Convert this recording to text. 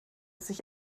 sich